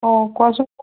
অঁ কোৱাচোন